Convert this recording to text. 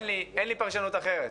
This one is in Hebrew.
אין לי פרשנות אחרת.